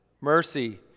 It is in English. mercy